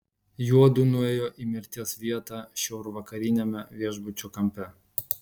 juodu nuėjo į mirties vietą šiaurvakariniame viešbučio kampe